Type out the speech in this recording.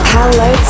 Hello